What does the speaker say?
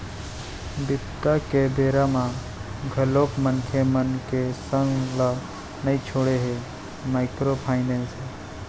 बिपदा के बेरा म घलोक मनखे मन के संग ल नइ छोड़े हे माइक्रो फायनेंस ह